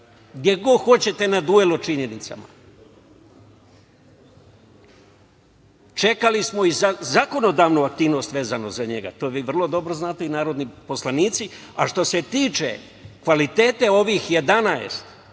Gde god hoćete na duel o činjenicama. Čekali smo i zakonodavnu aktivnost vezano za njega, to vi vrlo dobro znate i narodni poslanici. A što se tiče kvaliteta ovih 11,